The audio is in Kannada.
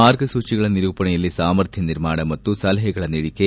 ಮಾರ್ಗಸೂಚಿಗಳ ನಿರೂಪಣೆಯಲ್ಲಿ ಸಾಮರ್ಥ್ನ ನಿರ್ಮಾಣ ಮತ್ತು ಸಲಹೆಗಳ ನೀಡಿಕೆ